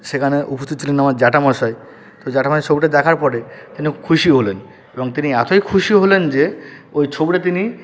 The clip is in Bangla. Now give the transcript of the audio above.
সেখানে উপস্থিত ছিলেন আমার জ্যাঠামশাই তো জ্যাঠামশাই ছবিটা দেখার পরে যেন খুশি হলেন এবং তিনি এতোই খুশি হলেন যে ওই ছবিটা তিনি